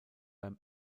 beim